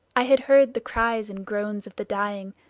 i had heard the cries and groans of the dying,